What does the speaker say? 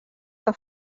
que